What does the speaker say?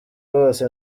wose